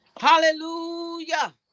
hallelujah